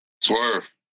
Swerve